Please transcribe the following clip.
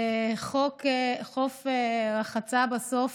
חוף רחצה בסוף